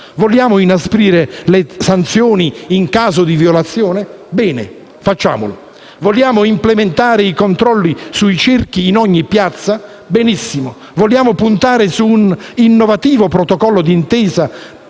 Vogliamo inasprire le sanzioni in caso di violazione? Bene, facciamolo. Vogliamo implementare i controlli sui circhi in ogni piazza? Benissimo. Vogliamo puntare su un innovativo protocollo d'intesa